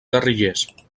guerrillers